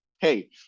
Hey